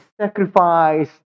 sacrifice